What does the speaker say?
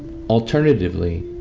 alternatively,